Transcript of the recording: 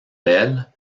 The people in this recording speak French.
bell